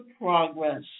progress